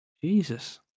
Jesus